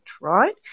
right